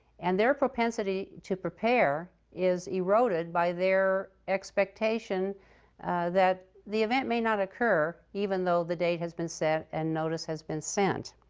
and their propensity to prepare is eroded by their expectation that the event may not occur, even though the date has been set and notice has been sent.